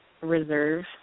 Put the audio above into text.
reserve